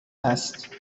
است